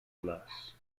last